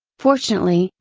fortunately,